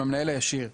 עם המנהל הישיר,